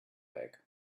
egg